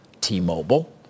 T-Mobile